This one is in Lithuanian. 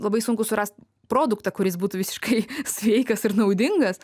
labai sunku surast produktą kuris būtų visiškai sveikas ir naudingas